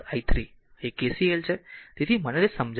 તે KCL છે તેથી મને તેને સમજાવા દો